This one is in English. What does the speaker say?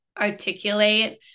articulate